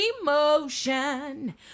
emotion